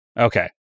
Okay